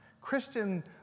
Christian